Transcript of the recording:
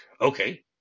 okay